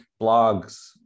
blogs